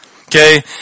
Okay